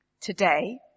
Today